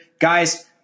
guys